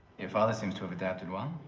your father seems to have adapted well.